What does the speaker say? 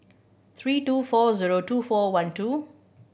three two four zero two four one two